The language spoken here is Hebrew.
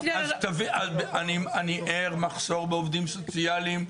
אני ער מחסור בעובדים סוציאליים,